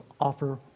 offer